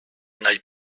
n’aille